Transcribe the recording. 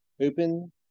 open